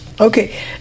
okay